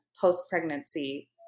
post-pregnancy